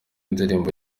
ndirimbo